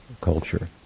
culture